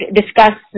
discuss